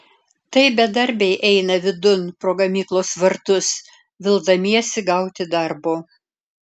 tai bedarbiai eina vidun pro gamyklos vartus vildamiesi gauti darbo